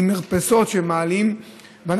שמעלים למרפסות,